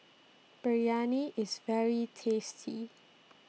Biryani IS very tasty